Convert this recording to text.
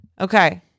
okay